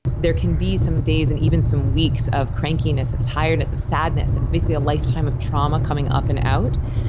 there can be some days and even some weeks of crankiness, of tiredness, of sadness, and it's basically a lifetime of trauma coming up and out.